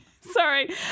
sorry